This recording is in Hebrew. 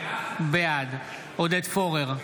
בעד עודד פורר,